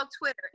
Twitter